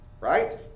Right